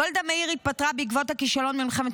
גולדה מאיר התפטרה בעקבות הכישלון ממלחמת